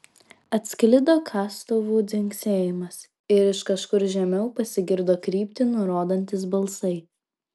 atsklido kastuvų dzingsėjimas ir iš kažkur žemiau pasigirdo kryptį nurodantys balsai